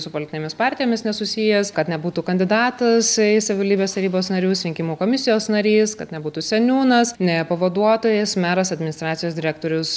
su politinėmis partijomis nesusijęs kad nebūtų kandidatas į savivaldybės tarybos narius rinkimų komisijos narys kad nebūtų seniūnas ne pavaduotojas meras administracijos direktorius